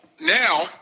now